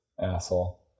Asshole